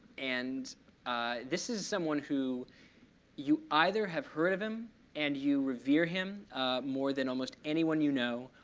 and this is someone who you either have heard of him and you revere him more than almost anyone you know,